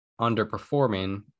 underperforming